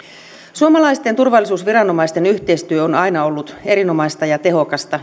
suomalaisten turvallisuusviranomaisten yhteistyö on aina ollut erinomaista ja tehokasta